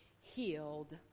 healed